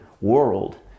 world